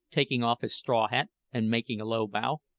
taking off his straw hat and making a low bow.